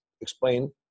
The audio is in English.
Explain